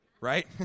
right